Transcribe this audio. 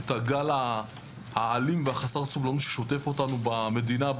את הגל האלים וחסר הסובלנות ששוטף אותנו במדינה,